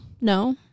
No